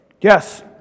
Yes